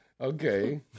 Okay